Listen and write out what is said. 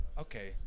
Okay